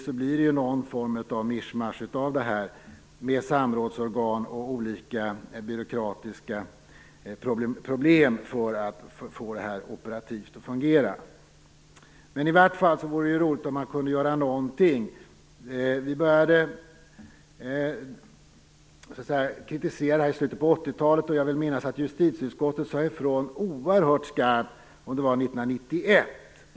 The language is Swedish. Nu blir det ju någon form av mischmasch av detta med samrådsorgan och olika byråkratiska problem för att få det att fungera operativt. Det vore i alla fall roligt om någonting kunde göras. Vi började kritisera detta i slutet av 80-talet. Jag vill minnas att justitieutskottet sade ifrån oerhört skarpt 1991.